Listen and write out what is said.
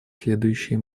следующее